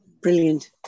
brilliant